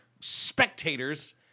spectators